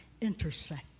intersect